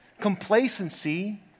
Complacency